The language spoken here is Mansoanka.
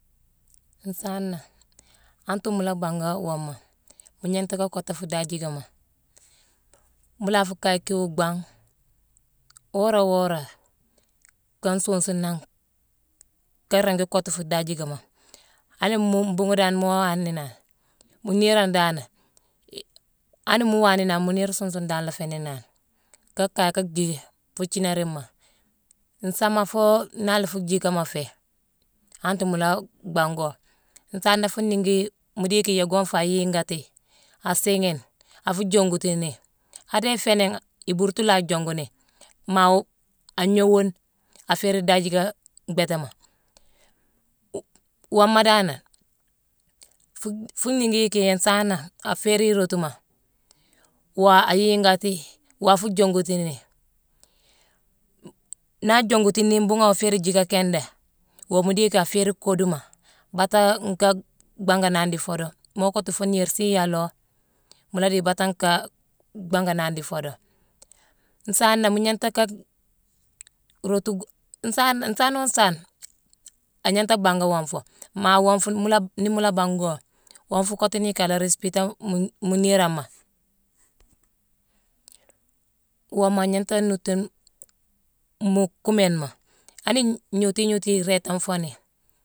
Nsaana, antere mu la bangé wooma, mu gnanghta kottu fuu dhaajiikama. Mu la fuu kaye kine wuu bhangh wora wora, kan nsuusu nangh, ka ringi kottu fuu dhaajiikama. Hani mu-mbuughune dan moo waa néé nangh, mu niirone dan né, ani mu waa néé nangh, mu niir suun- sune dan la féé néé nangh. Ka kaye ka jii fuu jiinariima. Nsaama foo nnaalé fuu jiikama nféé, antere mu la bhangh go. Nsaane fuu niighi mu diiki yéé gonfa ayiigati, asiighine, afu jongutini. Adéé féé niingh ibuurtu la jonguni. Maa-wo-agnoowwune, aféérine daajiiké bhéétéma. Wooma danane, fu- fu niigi yicki yéé nsaana aféérine irootuma, woo ayiigati, afu jongutini. Naa ajongutini, mbuughune awoo féérine jiika kindé, woo mu diiki a féérine koduma, bata nka bhanganani dii foodo. Mu kottu foo niir siiyalo, mu la dii baata nka bnganani dii foodo. Nsaana mu gnanghta ka-rootu-gu-nsaana- nsaano nsaane agnanghta ka banga woonfu. Maa woonfu, mu la-nii-nii-mu la bhango, wonfu kottuni yicki a la rispita mu-mu niirama. Womma agnanghta nuutune mu kuumééma. Ani gnootu gnootu iréétanfoni